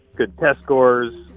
good test scores,